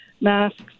masks